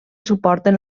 suporten